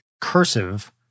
cursive